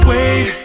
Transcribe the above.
Wait